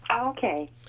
Okay